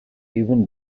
even